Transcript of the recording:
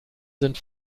sind